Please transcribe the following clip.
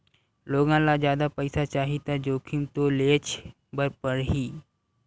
लोगन ल जादा पइसा चाही त जोखिम तो लेयेच बर परही